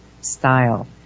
style